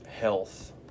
health